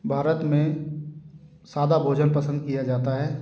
भारत में सादा भोजन पसंद किया जाता है